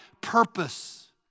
purpose